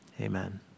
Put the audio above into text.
Amen